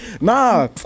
Nah